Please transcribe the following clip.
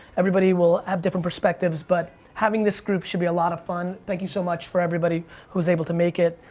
everybody will have different perspectives, but having this group should be a lot of fun. thank you so much for everybody who was able to make it,